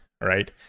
right